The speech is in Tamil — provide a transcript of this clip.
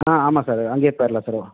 ஆ ஆமாம் சார் அங்கேயே போயிடலாம் சார்